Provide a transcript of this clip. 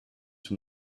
from